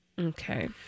Okay